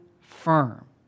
firm